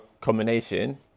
combination